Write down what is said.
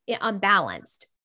unbalanced